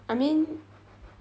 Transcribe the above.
I mean